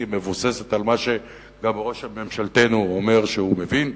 מבוססת על מה שגם ראש ממשלתנו אומר שהוא מבין,